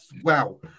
wow